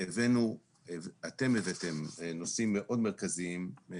אתם הבאתם נושאים מרכזיים מאוד,